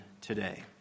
today